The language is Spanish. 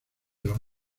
los